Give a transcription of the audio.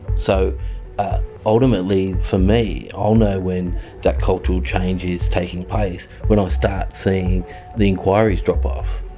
so ultimately for me, i'll know when that cultural change is taking place when i start seeing the enquiries drop off,